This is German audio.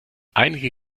einige